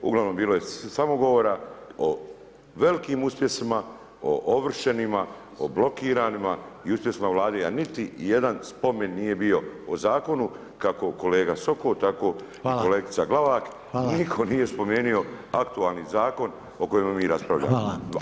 Uglavnom bilo je samo govora o velikim uspjesima, o ovršenima, o blokiranima i uspjesima Vlade a niti jedan spomen nije bio o zakonu kako kolega Sokol, tako i kolegica Glavak i nitko nije spomenuo aktualni zakon o kojemu mi raspravljamo.